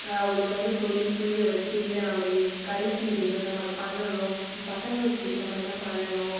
அவளுக்கு வந்து சொல்லி புரிய வச்சு இல்லை நம்ம இ கடைசி இதுவே நம்ப பண்ணணும் பசங்களுக்கு பிடிச்ச மாதிரிதான் பண்ணணும்